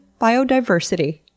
biodiversity